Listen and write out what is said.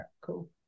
cool